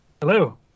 Hello